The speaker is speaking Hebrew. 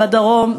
בדרום,